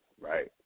right